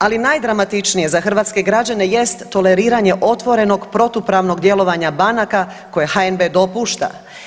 Ali najdramatičnije za hrvatske građane jest toleriranje otvorenog protupravnog djelovanja banaka koje HNB-e dopušta.